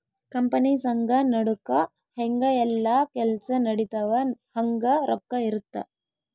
company ಸಂಘ ನಡುಕ ಹೆಂಗ ಯೆಲ್ಲ ಕೆಲ್ಸ ನಡಿತವ ಹಂಗ ರೊಕ್ಕ ಇರುತ್ತ